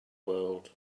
world